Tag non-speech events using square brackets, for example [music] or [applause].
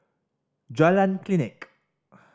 Jalan Klinik [noise]